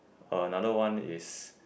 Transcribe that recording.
another one is